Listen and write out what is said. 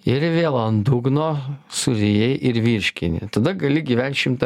ir vėl ant dugno surijai ir virškini tada gali gyvent šimtą